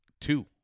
Two